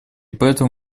поэтому